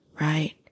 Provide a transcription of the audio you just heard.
right